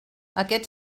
aquest